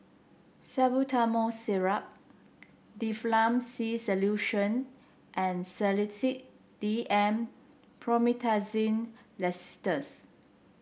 Salbutamol Syrup Difflam C Solution and Sedilix D M Promethazine Linctus